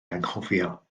anghofio